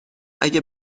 اگه